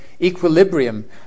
equilibrium